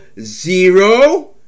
zero